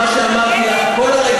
מה שאמרתי לך כל רגע,